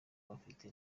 bafite